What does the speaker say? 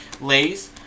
Lay's